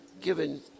Given